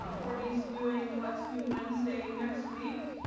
um kourtney's doing what's new wednesday next week